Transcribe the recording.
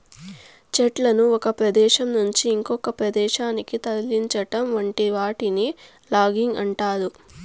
చెట్లను ఒక ప్రదేశం నుంచి ఇంకొక ప్రదేశానికి తరలించటం వంటి వాటిని లాగింగ్ అంటారు